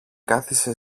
κάθισε